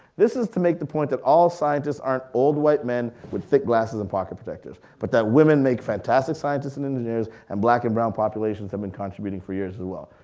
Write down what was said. this is to make a point that all scientist aren't old white men with thick glasses and pocket protectors, but that women make fantastic scientists and engineers, and black and brown populations have been contributing for years as well.